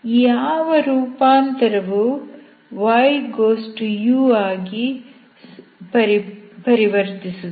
ಯಾವ ರೂಪಾಂತರವು y→u ಆಗಿ ಪರಿವರ್ತಿಸುತ್ತದೆ